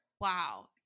wow